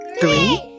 Three